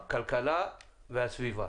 הכלכלה והסביבה.